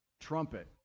trumpet